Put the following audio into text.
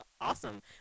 awesome